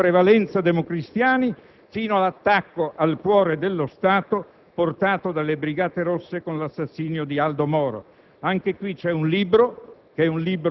a dirigenti politici, in prevalenza democristiani, fino all'attacco al cuore dello Stato portato dalle Brigate Rosse con l'assassinio di Aldo Moro.